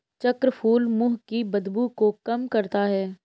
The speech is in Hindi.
चक्रफूल मुंह की बदबू को कम करता है